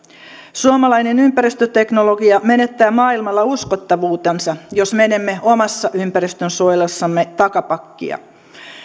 suomalainen ympäristöteknologia menettää maailmalla uskottavuutensa jos menemme omassa ympäristönsuojelussamme takapakkia